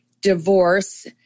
divorce